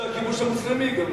כמו שהכיבוש המוסלמי ייגמר.